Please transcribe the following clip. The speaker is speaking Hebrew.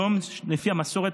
לפי המסורת,